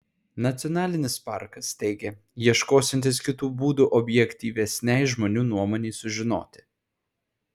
nacionalinis parkas teigia ieškosiantis kitų būdų objektyvesnei žmonių nuomonei sužinoti